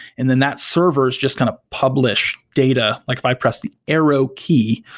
and the net server is just going to publish data, like if i press the arrow key,